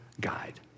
guide